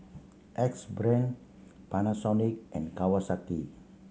Axe Brand Panasonic and Kawasaki